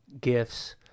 gifts